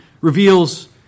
reveals